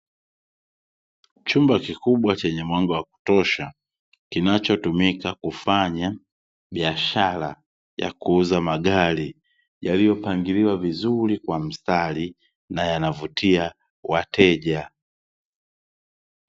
Chumba kikubwa chenye mwanga wakutosha, kinachotumika kufanya biashara ya kuuza magari yaliyopangiliwa vizuri kwa mstari na yanavutia wateja.